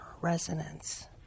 resonance